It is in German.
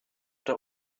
der